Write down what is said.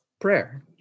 prayer